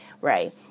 right